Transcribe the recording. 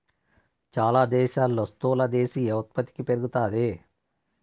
చాలా దేశాల్లో స్థూల దేశీయ ఉత్పత్తి పెరుగుతాది